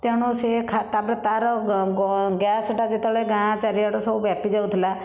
ତେଣୁ ସେ ଖା ତାପରେ ତାର ଗ୍ୟାସଟା ଯେତେବେଳେ ଗାଁ ଚାରିଆଡ଼ୁ ସବୁ ବ୍ୟାପି ଯାଉଥିଲା